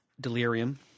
Delirium